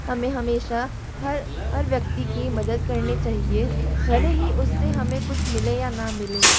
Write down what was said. हमें हमेशा हर व्यक्ति की मदद करनी चाहिये भले ही उससे हमें कुछ मिले या न मिले